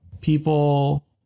people